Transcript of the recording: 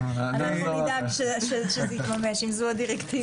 אנחנו נדאג שזה יתממש, אם זו הדירקטיבה.